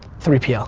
three pl. yeah